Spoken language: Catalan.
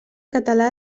català